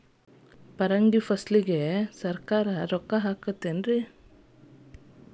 ಪರಂಗಿ ಫಸಲಿಗೆ ಸರಕಾರ ರೊಕ್ಕ ಹಾಕತಾರ ಏನ್ರಿ?